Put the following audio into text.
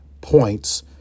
points